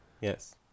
Yes